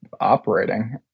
operating